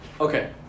okay